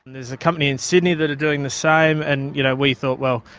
there's a company in sydney that are doing the same, and you know we thought, well,